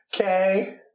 Okay